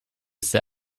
sit